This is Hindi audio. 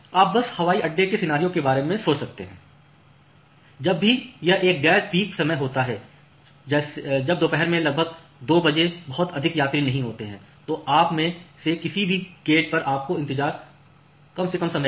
आप बस हवाई अड्डे के सिनेरियो के बारे में सोच सकते हैं जब भी यह एक गैर पीक समय होता है जब दोपहर में लगभग 2 बजे बहुत अधिक यात्री नहीं होते हैं तो आप में से किसी भी गेट पर आपको इंतजार करना होगा कम से कम समय के लिए